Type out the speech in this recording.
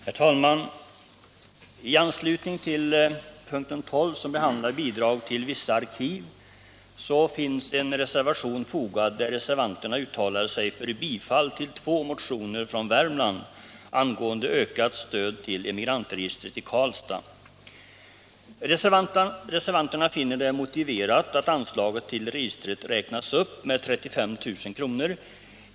Herr talman! I anslutning till punkten 12, som gäller Bidrag till vissa arkiv, finns en reservation där man uttalar sig för bifall till två motioner från värmländska ledamöter angående ökat stöd till Emigrantregistret i Karlstad. Reservanterna finner det motiverat att anslaget till registret räknas upp med 35 000 kr.